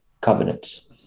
covenants